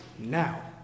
Now